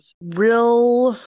real